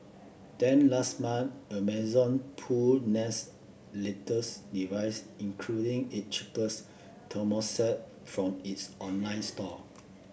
then last month Amazon pulled Nest's latest device including it cheapest thermostat from its online store